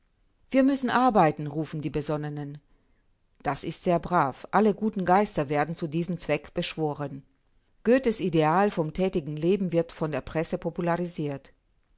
wir müssen arbeiten rufen die besonnenen das ist sehr brav alle guten geister werden zu diesem zweck beschworen goethes ideal vom tätigen leben wird von der presse popularisiert